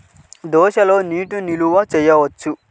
దోసలో నీటి నిల్వ చేయవచ్చా?